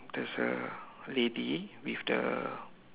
there is a lady with the